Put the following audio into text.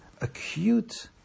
acute